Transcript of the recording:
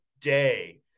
day